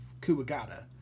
Kuwagata